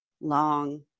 long